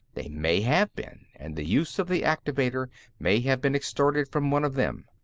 they may have been, and the use of the activator may have been extorted from one of them.